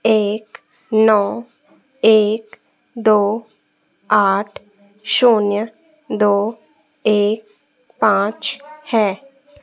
एक नौ एक दो आठ शून्य दो एक पाँच है